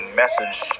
message